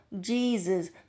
Jesus